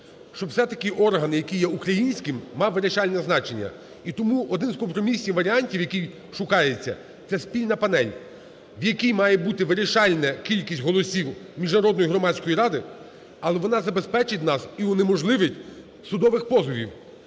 Щоб все-таки орган, який є українським, мав вирішальне значення. І тому один з компромісних варіантів, який шукається, - це спільна панель, в якій має бути вирішальна кількість голосів Міжнародної громадської ради, але вона забезпечить нас і унеможливить судових позовів.